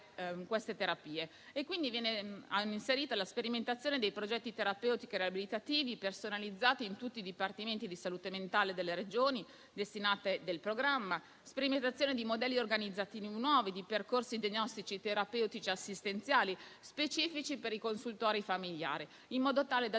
le terapie. Viene inserita la sperimentazione di progetti terapeutici e riabilitativi personalizzati in tutti i dipartimenti di salute mentale delle Regioni destinatarie del programma, con sperimentazione di nuovi modelli organizzativi e di percorsi diagnostici, terapeutici e assistenziali specifici per i consultori familiari, in modo tale da dare